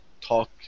talk